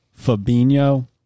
Fabinho